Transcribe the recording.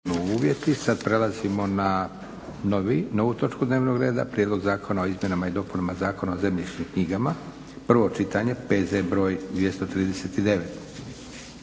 (SDP)** Sad prelazimo na novu točku dnevnog reda - Prijedlog zakona o izmjenama i dopunama zakona o zemljišnim knjigama, prvo čitanje, PZE br. 239.